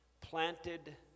planted